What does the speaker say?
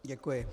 Děkuji.